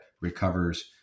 recovers